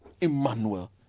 Emmanuel